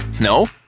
No